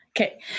Okay